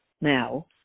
now